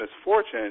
misfortune